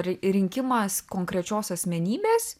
ri rinkimas konkrečios asmenybės